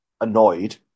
annoyed